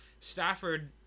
Stafford